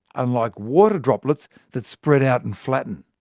unlike water droplets that spread out and flatten.